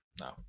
no